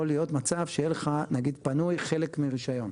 יכול להיות מצב שיהיה לך פנוי חלק מרישיון.